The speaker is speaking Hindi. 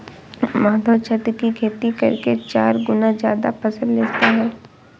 माधव छत की खेती करके चार गुना ज्यादा फसल लेता है